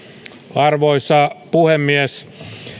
arvoisa puhemies